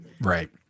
Right